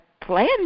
plan